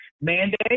mandate